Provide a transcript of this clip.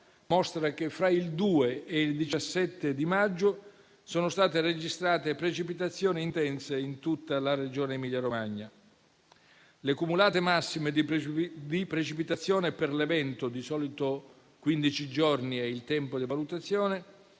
mostra che fra il 2 e il 17 maggio sono state registrate precipitazioni intense in tutta la Regione Emilia-Romagna. Le cumulate massime di precipitazione per l'evento - di solito il tempo di valutazione